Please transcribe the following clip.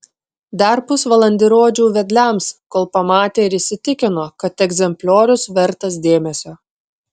dar pusvalandį rodžiau vedliams kol pamatė ir įsitikino kad egzempliorius vertas dėmesio